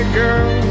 girl